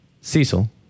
Cecil